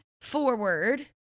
forward